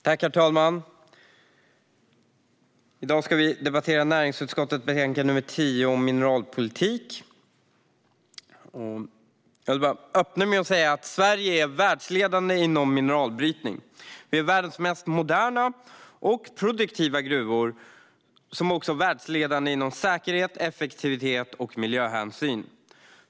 Herr talman! I dag ska vi debattera näringsutskottets betänkande 10 om mineralpolitik. Jag vill öppna med att säga att Sverige är världsledande i mineralbrytning. Vi har världens mest moderna och produktiva gruvor som också är världsledande inom säkerhet, effektivitet och miljöhänsyn.